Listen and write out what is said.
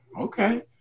Okay